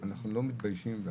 אנחנו לא מתביישים בה.